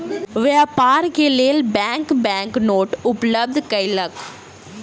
व्यापार के लेल बैंक बैंक नोट उपलब्ध कयलक